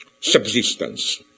subsistence